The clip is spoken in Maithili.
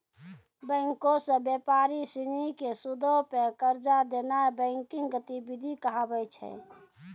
बैंको से व्यापारी सिनी के सूदो पे कर्जा देनाय बैंकिंग गतिविधि कहाबै छै